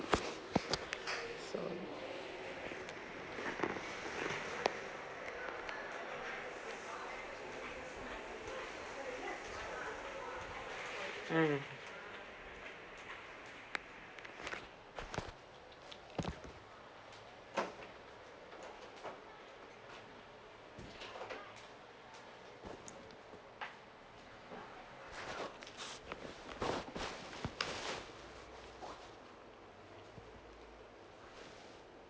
so mm